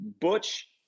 butch